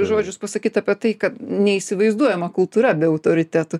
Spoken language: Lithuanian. žodžius pasakyt apie tai kad neįsivaizduojama kultūra be autoritetų